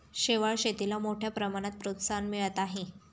शेवाळ शेतीला मोठ्या प्रमाणात प्रोत्साहन मिळत आहे